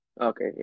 Okay